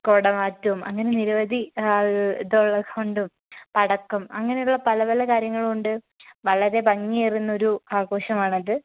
കുടമാറ്റവും അങ്ങനെ നിരവധി ഇത് ഉള്ളതുകൊണ്ടും പടക്കം അങ്ങനെയുള്ള പല പല കാര്യങ്ങളും ഉണ്ട് വളരെ ഭംഗിയേറുന്നൊരു ആഘോഷമാണത്